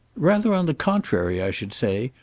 rather on the contrary, i should say.